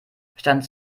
verstand